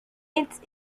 its